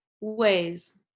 ways